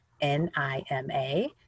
n-i-m-a